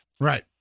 Right